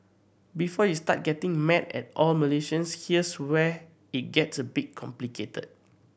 before you start getting mad at all Malaysians here's where it gets a bit complicated